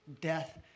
death